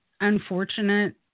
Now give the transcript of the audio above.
unfortunate